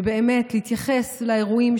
ובאמת להתייחס לאירועים,